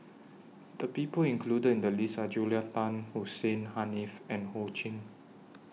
The People included in The list Are Julia Tan Hussein Haniff and Ho Ching